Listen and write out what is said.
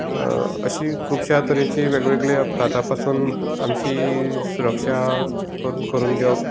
अशी खुबशा तरेची वेगवेगळी अपघाता पसून आमची सुरक्षा करून घेवप खूब गरजेचें आसा